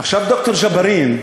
ד"ר ג'בארין,